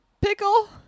Pickle